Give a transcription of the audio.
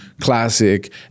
classic